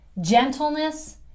gentleness